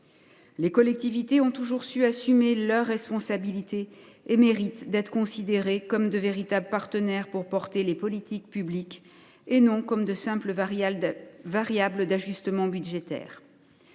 Les collectivités ont toujours su assumer leurs responsabilités et méritent d’être considérées comme de véritables partenaires pour porter les politiques publiques, et non comme de simples variables d’ajustement budgétaire.